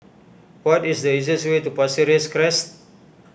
what is the easiest way to Pasir Ris Crest